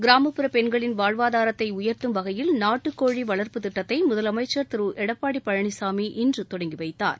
கிராமப்புற பெண்களின் வாழ்வாதாரத்தை உயர்த்தும் வகையில் நாட்டுக் கோழி வளர்ப்புத் திட்டத்தை முதலமைச்சா் திரு எடப்பாடி பழனிசாமி இன்று தொடங்கி வைத்தாா்